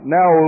Now